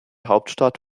hauptstadt